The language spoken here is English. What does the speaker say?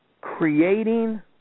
creating